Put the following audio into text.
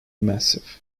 massive